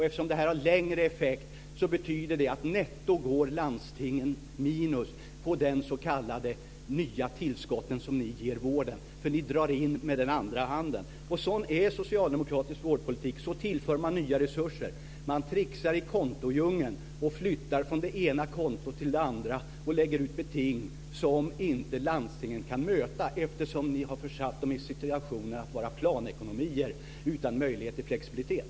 Eftersom detta har längre effekt betyder det att landstingen netto går back genom de s.k. nya tillskott som ni ger vården, för ni drar in med den andra handen. Sådan är socialdemokratisk vårdpolitik. Så tillför man nya resurser. Man tricksar i kontodjungeln och flyttar från det ena kontot till det andra och lägger ut beting som landstingen inte kan möta eftersom ni har försatt dem i den situationen att de är planekonomier utan möjlighet till flexibilitet.